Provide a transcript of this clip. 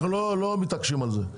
אנחנו לא מתעקשים על זה.